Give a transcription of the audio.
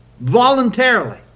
voluntarily